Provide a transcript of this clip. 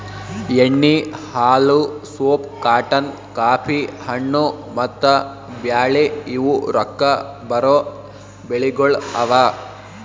ಎಣ್ಣಿ, ಹಾಲು, soap, cotton, coffee, ಹಣ್ಣು, ಮತ್ತ ಬ್ಯಾಳಿ ಇವು ರೊಕ್ಕಾ ಬರೋ ಬೆಳಿಗೊಳ್ ಅವಾ